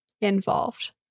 involved